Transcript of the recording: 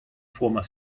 former